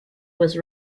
was